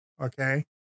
Okay